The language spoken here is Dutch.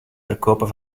verkopen